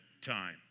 time